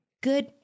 Good